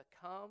come